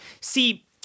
See